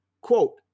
Quote